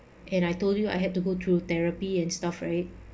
and I told you I had to go through therapy and stuff right